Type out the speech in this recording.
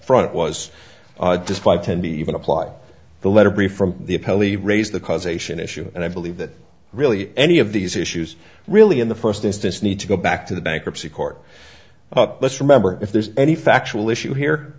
front was just five ten b even apply the letter brief from the appellee raised the causation issue and i believe that really any of these issues really in the first instance need to go back to the bankruptcy court let's remember if there's any factual issue here